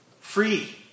free